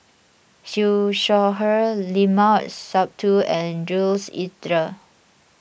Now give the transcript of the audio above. Siew Shaw Her Limat Sabtu and Jules Itier